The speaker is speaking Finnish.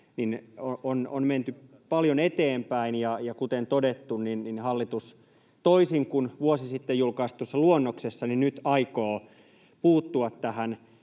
on menty paljon eteenpäin. Kuten todettu, niin hallitus toisin kuin vuosi sitten julkaistussa luonnoksessa nyt aikoo puuttua tähän